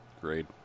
Great